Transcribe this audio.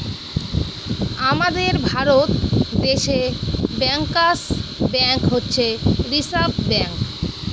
আমাদের ভারত দেশে bankers bank হচ্ছে রিসার্ভ ব্যাঙ্ক